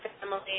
family